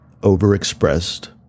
overexpressed